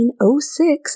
1906